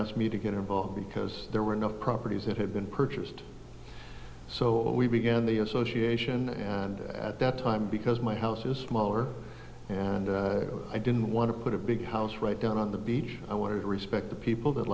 asked me to get involved because there were no properties that had been purchased so we began the association and at that time because my house is smaller and i didn't want to put a big house right down on the beach i want to respect the people that